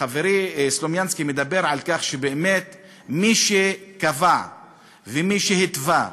חברי סלומינסקי מדבר על כך שבאמת מי שקבע ומי שהתווה,